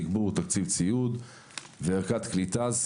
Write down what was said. תגבור תקציב ציוד וערכת קליטה.